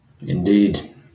Indeed